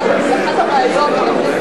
אחת הבעיות של העובדים